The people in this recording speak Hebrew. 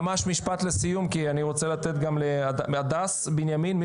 ממש משפט לסיום, כי אני רוצה לתת גם להדס בנימין.